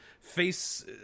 face